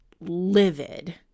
livid